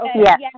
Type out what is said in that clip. Yes